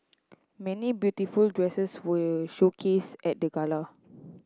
many beautiful dresses were showcased at the gala